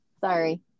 sorry